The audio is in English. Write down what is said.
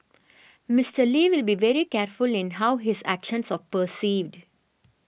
Mister Lee will be very careful in how his actions are perceived